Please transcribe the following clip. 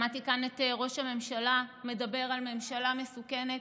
שמעתי כאן את ראש הממשלה היוצא מדבר על ממשלה מסוכנת.